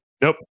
Nope